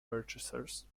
purchasers